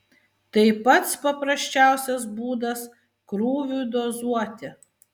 tai pats paprasčiausias būdas krūviui dozuoti